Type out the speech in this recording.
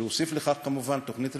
ונוסיף על כך כמובן תוכנית רביעית: